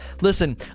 listen